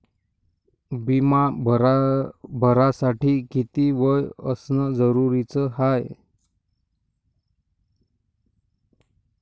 बिमा भरासाठी किती वय असनं जरुरीच हाय?